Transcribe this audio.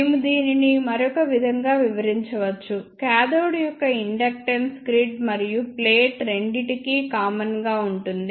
మేము దీనిని మరొక విధంగా వివరించవచ్చు కాథోడ్ యొక్క ఇండక్టెన్స్ గ్రిడ్ మరియు ప్లేట్ రెండింటికీ కామన్ గా ఉంటుంది